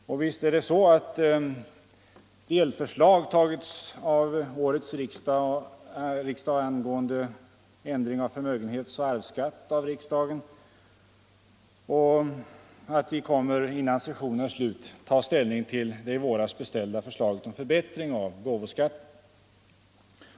Och visst är det så att delförslag angående ändring av förmögenhetsoch arvsskatterna har antagits av årets riksdag, och riksdagen kommer innan sessionen är slut att ta ställning till det i våras beställda förslaget om förbättring av gåvoskatten.